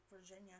Virginia